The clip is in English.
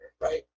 right